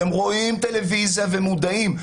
והם רואים טלוויזיה ומודעים,